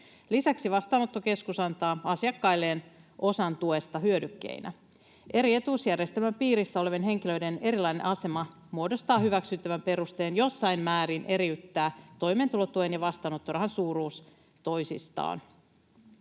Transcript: Lisäksi vastaanottokeskus antaa asiakkailleen osan tuesta hyödykkeinä. Eri etuusjärjestelmän piirissä olevien henkilöiden erilainen asema muodostaa hyväksyttävän perusteen jossain määrin eriyttää toimeentulotuen ja vastaanottorahan suuruus toisistaan.